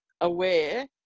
aware